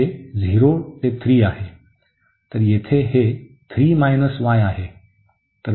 तर येथे हे 3 y आहे